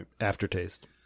aftertaste